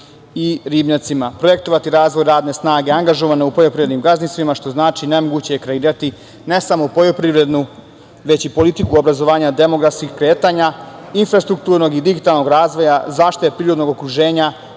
i ribnjacima, projektovati razvoj radne snage angažovane u poljoprivrednim gazdinstvima, što znači nemoguće je kreirati ne samo poljoprivrednu, već i politiku obrazovanja demografskih kretanja, infrastrukturnog i digitalnog razvoja, zaštite prirodnog okruženja,